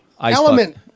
element